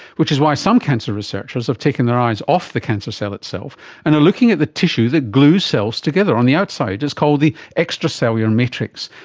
which is why some cancer researchers have taken their eyes off the cancer cell itself and are looking at the tissue that glues cells together on the outside, it's called the extracellular matrix.